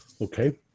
Okay